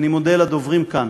אני מודה לדוברים כאן,